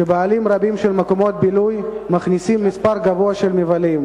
שבעלים רבים של מקומות בילוי מכניסים מספר גבוה של מבלים,